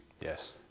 Yes